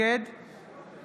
נגד יאיר לפיד, נגד לימור